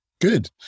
good